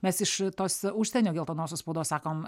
mes iš tos užsienio geltonosios spaudos sakom